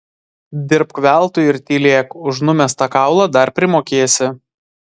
dirbk veltui ir tylėk už numestą kaulą dar primokėsi